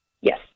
Yes